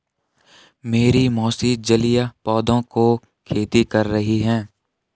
मेरी मौसी जलीय पौधों की खेती कर रही हैं